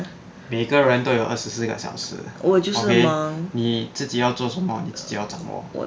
每个人都有二十四个小时 okay 你自己要做什么你自己要掌握